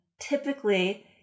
typically